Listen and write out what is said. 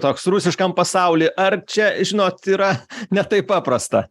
toks rusiškam pasauly ar čia žinot yra ne taip paprasta